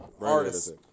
Artist